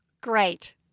Great